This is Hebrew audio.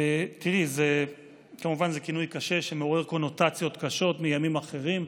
זה כמובן כינוי קשה שמעורר קונוטציות קשות מימים אחרים,